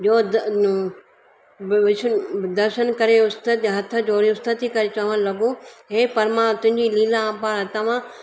विष्णु दर्शन करे उस्थि जा हथ जोड़े उस्थति करे चवणु लॻो हे परमा तुंहिंजी लीला अपार तव्हां